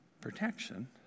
Protection